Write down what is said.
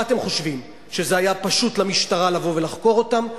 מה אתם חושבים, היה למשטרה פשוט לבוא ולחקור אותם?